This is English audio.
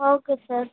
okay sir